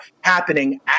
happening